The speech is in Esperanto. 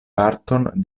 parton